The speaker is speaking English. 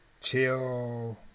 chill